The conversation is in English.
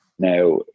Now